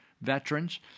veterans